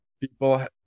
people